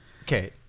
okay